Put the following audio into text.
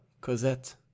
Cosette